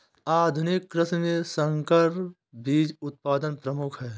आधुनिक कृषि में संकर बीज उत्पादन प्रमुख है